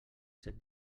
set